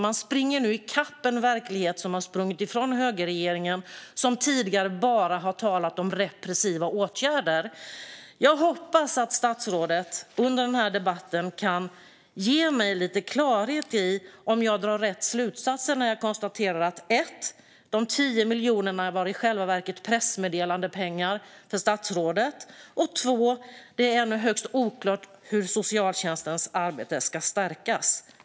Man springer nu i kapp en verklighet som sprungit ifrån högern, som tidigare bara talat om repressiva åtgärder. Jag hoppas att statsrådet under den här debatten kan ge mig lite klarhet i om jag drar rätt slutsatser när jag konstaterar dels att de 10 miljonerna i själva verket var pressmeddelandepengar för statsråd, dels att det ännu är högst oklart hur socialtjänstens arbete ska stärkas.